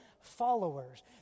followers